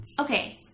Okay